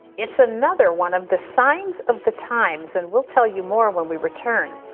it's another one of the signs of the times, and we'll tell you more when we return.